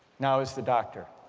now as the doctor?